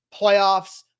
Playoffs